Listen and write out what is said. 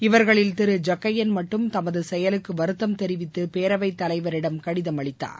இவர்களில் திரு ஜக்கையள் மட்டும் தமது செயலுக்கு வருத்தம் தெரிவித்து பேரவைத் தலைவரிடம் கடிதம் அளித்தார்